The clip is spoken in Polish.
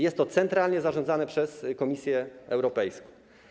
Jest to centralnie zarządzane przez Komisję Europejską.